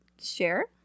Share